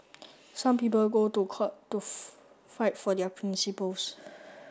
some people go to court to fight for their principles